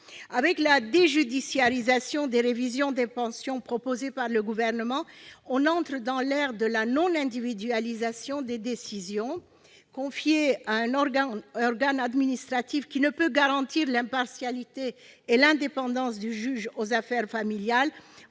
Avec la déjudiciarisation des révisions des pensions proposée par le Gouvernement, on entre dans l'ère de la non-individualisation des décisions confiées à un organe administratif, qui ne présente pas les mêmes garanties d'impartialité et d'indépendance que le juge aux affaires familiales.